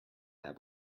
that